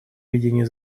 ведения